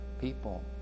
people